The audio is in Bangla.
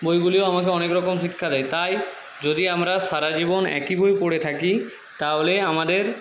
বইগুলিও আমাকে অনেক রকম শিক্ষা দেয় তাই যদি আমরা সারা জীবন একই বই পড়ে থাকি তাহলে আমাদের